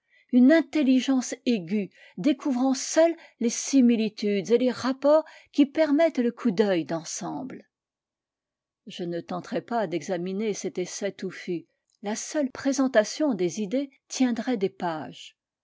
une intelligence aiguë découvrant seule les similitudes et les rapports qui permettent le coup d'oeil d'ensemble je ne tenterai pas d'examiner cet essai touffu la seule présentation des idées tiendrait des pages